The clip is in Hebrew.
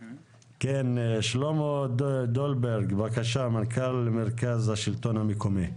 שלמה דולברג, מנכ"ל מרכז השלטון המקומי, בבקשה.